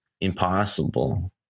impossible